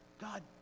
God